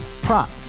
Prop